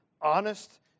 honest